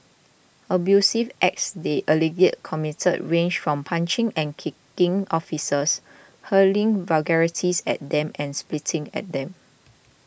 abusive acts they allegedly committed range from punching and kicking officers hurling vulgarities at them and spitting at them